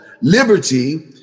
Liberty